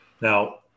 now